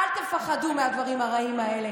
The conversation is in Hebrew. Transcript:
היא תחזור אליו באבי-אביו.